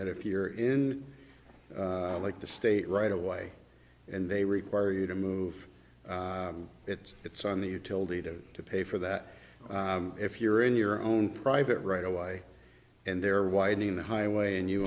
that if you're in like the state right away and they require you to move it it's on the utility to to pay for that if you're in your own private right away and there widening the highway and you